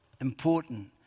important